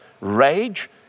rage